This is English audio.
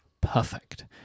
perfect